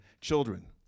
children